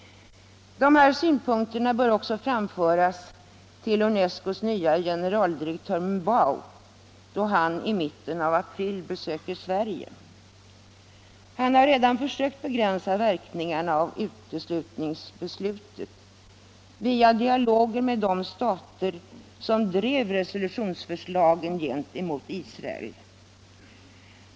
Dessa synpunkter bör också framföras till UNESCO:s nye generaldirektör M'Bow då han i mitten av april besöker Sverige. Han har redan försökt begränsa verkningarna av uteslutningsbeslutet via dialoger med de stater, som drev resolutionsförslagen gentemot Israel.